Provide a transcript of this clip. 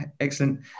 excellent